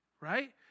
Right